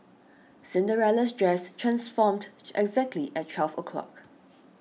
Cinderella's dress transformed exactly at twelve o' clock